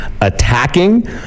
attacking